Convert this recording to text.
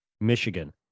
Michigan